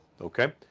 okay